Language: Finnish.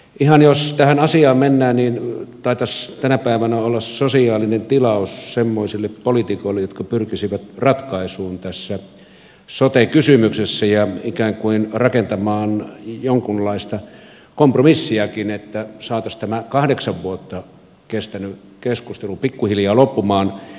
ihan jos tähän asiaan mennään niin taitaisi tänä päivänä olla sosiaalinen tilaus semmoisille poliitikoille jotka pyrkisivät ratkaisuun tässä sote kysymyksessä ja ikään kuin rakentamaan jonkunlaista kompromissiakin niin että saataisiin tämä kahdeksan vuotta kestänyt keskustelu pikkuhiljaa loppumaan